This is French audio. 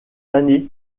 année